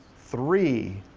three,